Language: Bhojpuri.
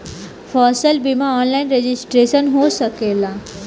फसल बिमा ऑनलाइन रजिस्ट्रेशन हो सकेला?